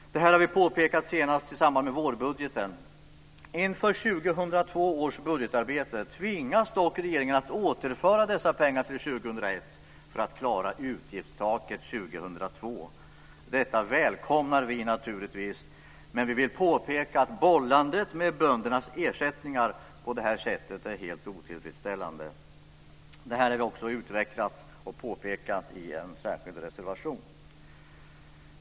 Detta påpekade vi senast i samband med vårbudgeten. Inför 2002 års budgetarbete tvingas dock regeringen att återföra dessa pengar till 2001 för att klara utgiftstaket 2002. Detta välkomnar vi naturligtvis, men vi vill påpeka att bollandet med böndernas ersättningar på det här sättet är helt otillfredsställande. Detta har vi utvecklat och påpekat i en särskild reservation.